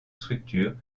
structures